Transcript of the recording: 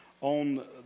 on